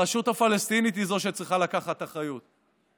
הרשות הפלסטינית היא זאת שצריכה לקחת אחריות.